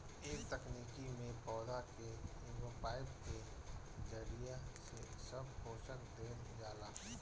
ए तकनीकी में पौधा के एगो पाईप के जरिया से सब पोषक देहल जाला